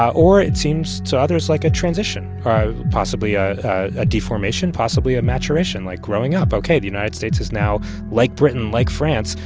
or it seems to others like a transition or possibly ah a deformation, possibly a maturation like growing up. ok. the united states is now like britain, like france,